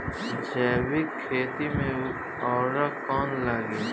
जैविक खेती मे उर्वरक कौन लागी?